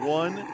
one